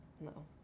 No